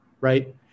right